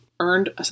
earned